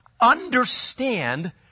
Understand